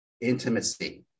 intimacy